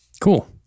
cool